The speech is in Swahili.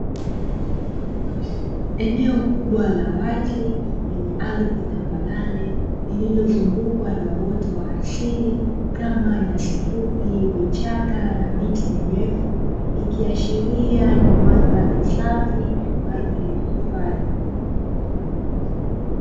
Eneo kubwa la wazi lenye ardhi tambarare lililozungukwa na uoto wa asili kama: nyasi fupi, vichaka na miti mirefu; ikiashiria ni mandhari safi kwa ajili ya hifadhi.